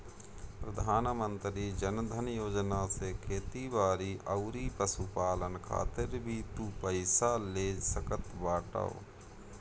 प्रधानमंत्री जन धन योजना से खेती बारी अउरी पशुपालन खातिर भी तू पईसा ले सकत बाटअ